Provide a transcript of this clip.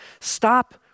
Stop